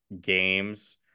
games